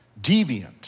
Deviant